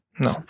no